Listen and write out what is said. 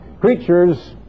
creatures